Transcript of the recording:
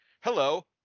hello